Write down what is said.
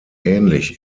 ähnlich